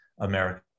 America